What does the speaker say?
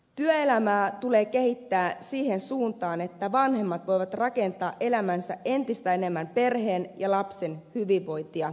työelämää tulee kehittää siihen suuntaan että vanhemmat voivat rakentaa elämänsä entistä enemmän perheen ja lapsen hyvinvointia ajatellen